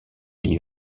les